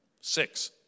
six